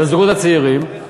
לזוגות הצעירים,